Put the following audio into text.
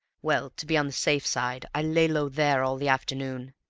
well, to be on the safe side, i lay low there all the afternoon,